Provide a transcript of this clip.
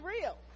real